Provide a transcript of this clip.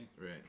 Right